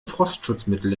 frostschutzmittel